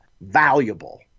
valuable